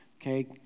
okay